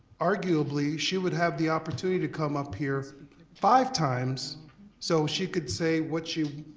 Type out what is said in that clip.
arguably she would have the opportunity to come up here five times so she could say what she,